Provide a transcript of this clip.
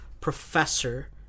professor